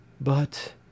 But